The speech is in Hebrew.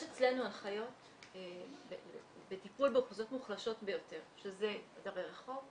יש אצלנו הנחיות בטיפול באוכלוסיות מוחלשות ביותר שזה דרי רחוב,